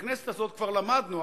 ובכנסת הזאת כבר למדנו,